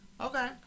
okay